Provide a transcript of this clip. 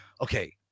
okay